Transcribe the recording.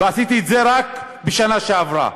ועשיתי את זה רק בשנה שעברה.